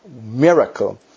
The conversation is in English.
miracle